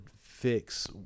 fix